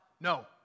no